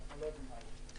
אנחנו לא יודעים להעריך.